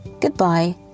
goodbye